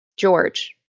George